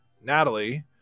Natalie